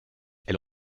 elle